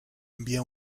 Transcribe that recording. envía